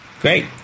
Great